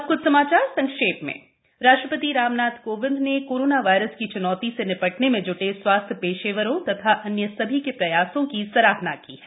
अब कुछ समाचार संक्षेप में राष्ट्रपति राम नाथ कोविंद ने कोरोना वायरस की च्नौती से निपटने मे ज्टे स्वास्थ्य पेशेवरों तथा अन्य सभी के प्रयासों की सराहना की है